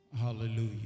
Hallelujah